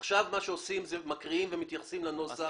עכשיו מקריאים ומתייחסים לנוסח.